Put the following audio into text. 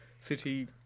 City